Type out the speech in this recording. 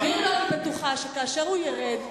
אם לא, אני בטוחה שכאשר הוא ירד,